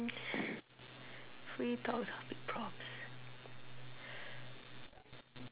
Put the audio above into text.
free talk topic prompts